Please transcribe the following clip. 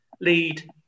lead